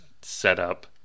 setup